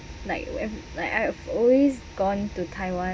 like when like I have always gone to taiwan